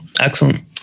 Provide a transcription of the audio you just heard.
Excellent